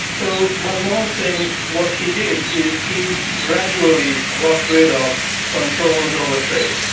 so manmohan singh, what he did is he gradually got rid of controls over trade.